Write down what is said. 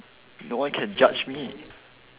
no one can judge me